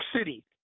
City